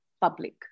public